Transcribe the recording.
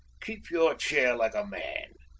keep your chair like a man!